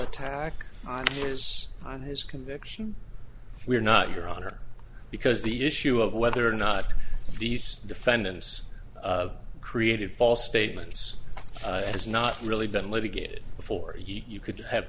attack on his on his conviction we're not your honor because the issue of whether or not these defendants of creative false statements has not really been litigated before you could have